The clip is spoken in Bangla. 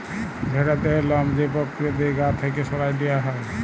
ভেড়ার দেহের লম যে পক্রিয়া দিঁয়ে গা থ্যাইকে সরাঁয় লিয়া হ্যয়